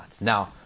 Now